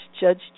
Judge